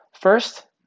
First